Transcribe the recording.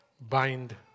bind